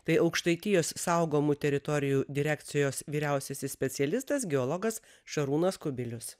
tai aukštaitijos saugomų teritorijų direkcijos vyriausiasis specialistas geologas šarūnas kubilius